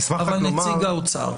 נשמע את נציג האוצר.